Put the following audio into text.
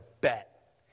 bet